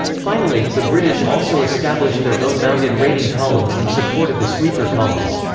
finally, the british also established their own mounted raiding columns in support of the sweeper columns.